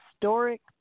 historic